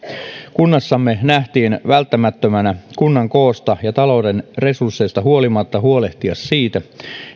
kunnassamme nähtiin välttämättömänä kunnan koosta ja talouden resursseista huolimatta huolehtia siitä